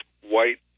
white